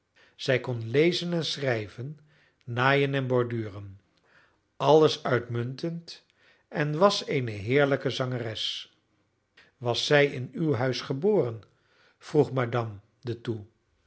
zij kon lezen en schrijven naaien en borduren alles uitmuntend en was eene heerlijke zangeres was zij in uw huis geboren vroeg madame de thoux